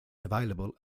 available